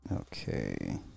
Okay